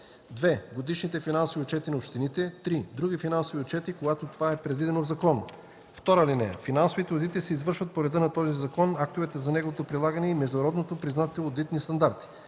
2. годишните финансови отчети на общините; 3. други финансови отчети, когато това е предвидено в закон. (2) Финансовите одити се извършват по реда на този закон, актовете за неговото прилагане и Международно признатите одитни стандарти.